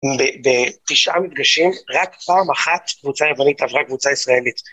ב, ב... תשעה מפגשים, רק פעם אחת קבוצה יוונית עברה קבוצה ישראלית.